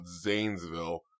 Zanesville